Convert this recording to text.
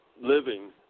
living